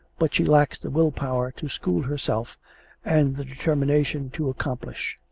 but she lacks the will-power to school herself and the determination to accomplish.